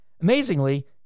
Amazingly